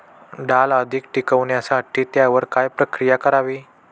डाळ अधिक टिकवण्यासाठी त्यावर काय प्रक्रिया करावी?